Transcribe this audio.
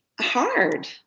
hard